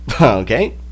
okay